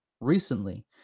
recently